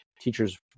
teachers